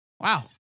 Wow